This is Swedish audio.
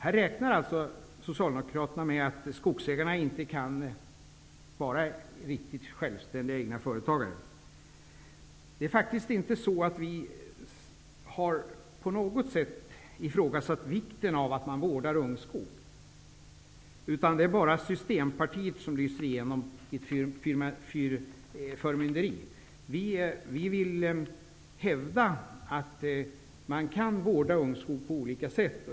De räknar med att skogsägarna inte kan vara riktigt självständiga egna företagare. Vi har inte på något sätt ifrågasatt vikten av att man vårdar ungskog. Men systempartiet lyser igenom i förmynderi. Vi vill hävda att man kan vårda ungskog på olika sätt.